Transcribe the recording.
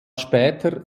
später